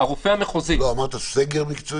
אמרת סגר מקצועי.